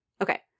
Okay